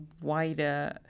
wider